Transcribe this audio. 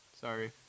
Sorry